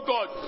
God